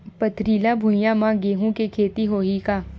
पथरिला भुइयां म गेहूं के खेती होही का?